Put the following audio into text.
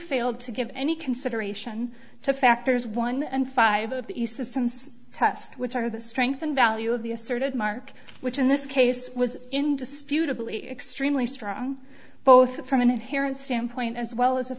failed to give any consideration to factors one and five of the systems test which are the strength and value of the asserted mark which in this case was indisputably extremely strong both from an inherent standpoint as well as a